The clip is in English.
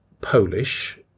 Polish